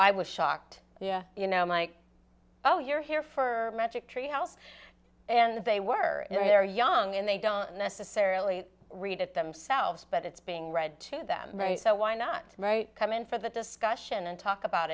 i was shocked you know mike oh you're here for magic treehouse and they were you know they're young and they don't necessarily read it themselves but it's being read to them right so why not write come in for the discussion and talk about